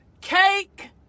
cake